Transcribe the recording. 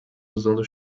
usando